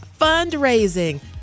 fundraising